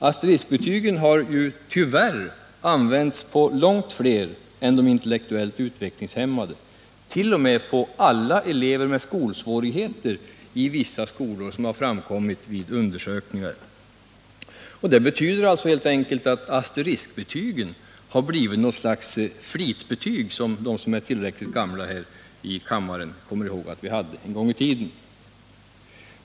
Asteriskbetygen har även använts för långt fler elever än de intellektuellt utvecklingshämmade, i vissa skolor t.o.m. för alla elever med skolsvårigheter, vilket har framkommit vid undersökningar. Det betyder helt enkelt att asteriskbetygen har blivit ett slags flitbetyg, som de som är tillräckligt gamla här i kammaren kommer ihåg att vi hade en gång i tiden.